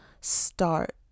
start